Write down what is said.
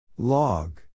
Log